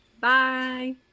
Bye